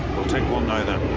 well, take one now